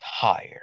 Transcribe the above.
tired